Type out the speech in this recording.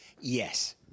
Yes